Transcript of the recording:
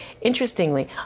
Interestingly